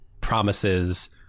promises